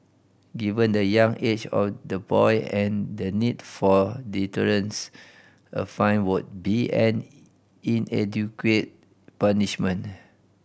given the young age of the boy and the need for deterrence a fine would be an inadequate punishment